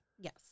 Yes